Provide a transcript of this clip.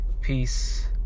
peace